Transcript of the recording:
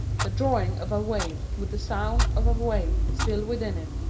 the drawing of a wave, with the sound of a wave still within it.